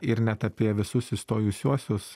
ir net apie visus įstojusiuosius